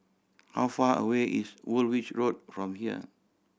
how far away is Woolwich Road from here